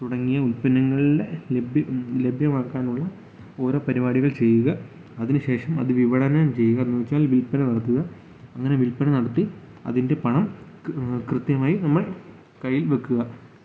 തുടങ്ങിയ ഉൽപ്പന്നങ്ങളിലെ ലഭ്യം ലഭ്യമാക്കാനുള്ള ഓരോ പരിപാടികൾ ചെയ്യുക അതിനു ശേഷം അത് വിപണനം ചെയ്യുക എന്ന് വെച്ചാൽ വിൽപ്പന നടത്തുക അങ്ങനെ വിൽപ്പന നടത്തി അതിൻ്റെ പണം കൃത്യം കൃത്യമായി നമ്മൾ കയ്യിൽ വെക്കുക